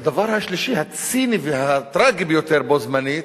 הדבר השלישי, הציני והטרגי ביותר בו-זמנית,